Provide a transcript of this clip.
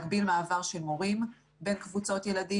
להגביל מעבר של מורים בין קבוצות ילדים.